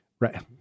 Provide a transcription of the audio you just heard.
Right